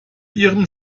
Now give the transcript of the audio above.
ihrem